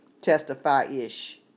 testify-ish